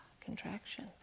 contraction